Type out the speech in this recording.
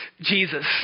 Jesus